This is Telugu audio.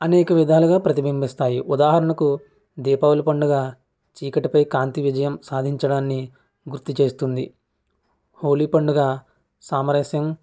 అనేక విధాలుగా ప్రతిబింబిస్తాయి ఉదాహరణకు దీపావళి పండుగ చీకటి పై కాంతి విజయం సాధించడాన్ని గుర్తు చేస్తుంది హోలీ పండుగ సామరస్యం